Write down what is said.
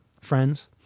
friends